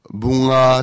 bunga